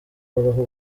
babaho